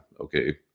Okay